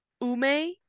Ume